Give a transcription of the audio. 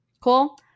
Cool